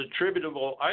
attributable